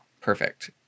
Perfect